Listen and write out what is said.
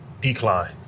decline